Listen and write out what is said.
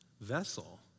vessel